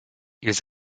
ils